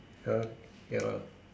ya ya lah